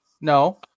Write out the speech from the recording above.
No